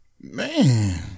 Man